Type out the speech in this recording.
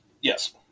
Yes